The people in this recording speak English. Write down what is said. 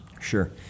Sure